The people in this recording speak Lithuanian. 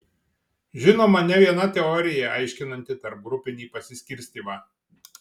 žinoma ne viena teorija aiškinanti tarpgrupinį pasiskirstymą